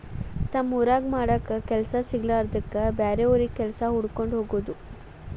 ತಮ್ಮ ಊರಾಗ ಮಾಡಾಕ ಕೆಲಸಾ ಸಿಗಲಾರದ್ದಕ್ಕ ಬ್ಯಾರೆ ಊರಿಗೆ ಕೆಲಸಾ ಹುಡಕ್ಕೊಂಡ ಹೊಗುದು